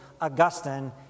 Augustine